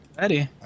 ready